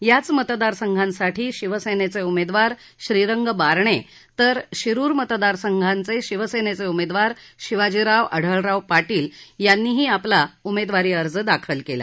याच मतदारसंघांसाठी शिवसेनेचे उमेदवार श्रीरंग बारणे तर शिरुर मतदार संघांचे शिवसेनेचे उमेदवार शिवाजीराव अढळराव पाटील यांनीही आपला उमेदवारी अर्ज दाखल केला